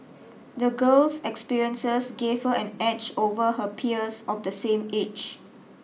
the girl's experiences gave her an edge over her peers of the same age